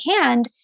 hand